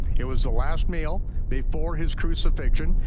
it was the last meal before his crucifixion,